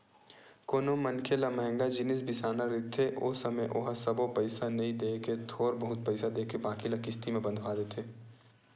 कोनो मनखे ल मंहगा जिनिस बिसाना रहिथे ओ समे ओहा सबो पइसा नइ देय के थोर बहुत पइसा देथे बाकी ल किस्ती म बंधवा देथे